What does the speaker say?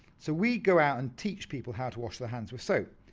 so we go out and teach people how to wash their hands with soap.